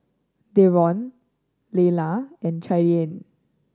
Deron Leala and Cheyanne